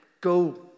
go